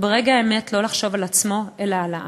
וברגע האמת לא לחשוב על עצמו אלא על העם.